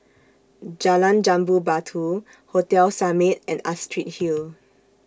Jalan Jambu Batu Hotel Summit and Astrid Hill